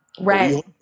Right